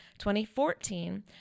2014